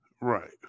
Right